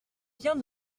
bien